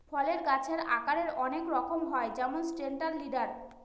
ফলের গাছের আকারের অনেক রকম হয় যেমন সেন্ট্রাল লিডার